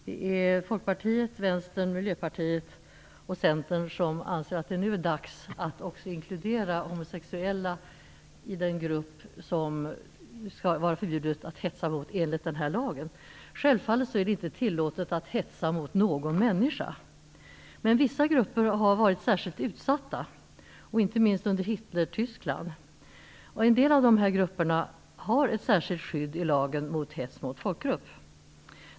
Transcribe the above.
Det är Folkpartiet, Vänstern, Miljöpartiet och Centern som anser att det nu är dags att också inkludera homosexuella i den grupp som det skall vara förbjudet att hetsa mot enligt den här lagen. Självfallet är det inte tillåtet att hetsa mot någon människa, men vissa grupper har varit särskilt utsatta, inte minst i Hitlertyskland. En del av de här grupperna har ett särskilt skydd i lagen om hets mot folkgrupp.